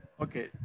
Okay